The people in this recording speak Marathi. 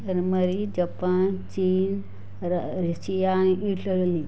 जर्मरी जपान चीन र रशिया इटल्ली